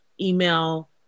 email